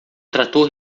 trator